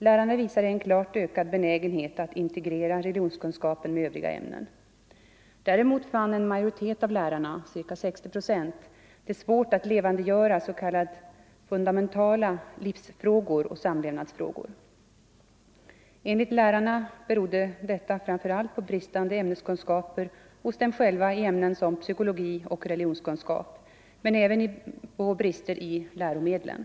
Lärarna visade en klart ökad be — Nr 126 nägenhet att integrera religionskunskap med övriga ämnen. Däremot fann Torsdagen den en majoritet av lärarna — ca 60 procent — det svårt att levandegöra s.k. 21 november 1974 fundamentala livsfrågor och samlevnadsfrågor. Enligt lärarna berodde = detta framför allt på bristande ämneskunskaper hos dem själva i ämnen = Ang. religionskunsom psykologi och religionskunskap men även på brister i läromedlen.